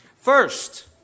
First